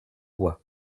bois